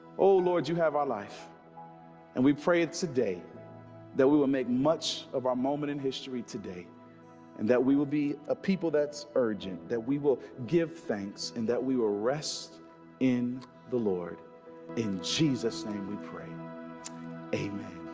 oh lord you have our life and we pray it today that we will make much of our moment in history today and that we will be a people that's urgent that we will give thanks, and that we will rest in the lord in jesus name we pray amen,